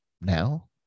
Now